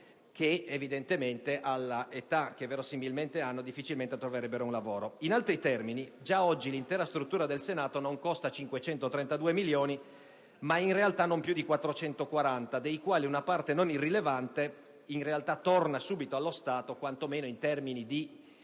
vedovi che, all'età che verosimilmente hanno, difficilmente troverebbero un lavoro. In altri termini, già oggi, l'intera struttura del Senato non costa 532 milioni, ma non più di 440, dei quali una parte non irrilevante torna subito allo Stato in termini di